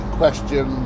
question